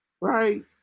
right